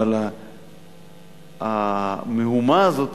אבל המהומה הזאת